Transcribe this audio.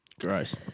Gross